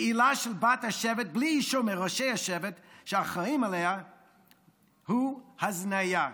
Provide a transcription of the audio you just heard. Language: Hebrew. בעילה של בת השבט בלי אישור מראשי השבט שאחראים לה היא הזניה.